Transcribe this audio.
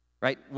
right